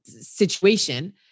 situation